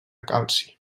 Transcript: calci